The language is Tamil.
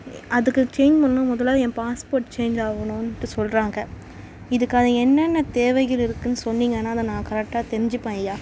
எ அதுக்கு சேஞ்ச் பண்ணுன்னால் முதல்ல என் பாஸ்போர்ட் சேஞ்ச் ஆகணுன்ட்டு சொல்கிறாங்க இதுக்கான என்னென்ன தேவைகள் இருக்குதுன்னு சொன்னீங்கன்னால் அதை நான் கரெக்டாக தெரிஞ்சுப்பேன் ஐயா